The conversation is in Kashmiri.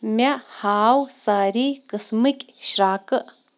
مےٚ ہاو ساری قٕسمٕکۍ شرٛاکہٕ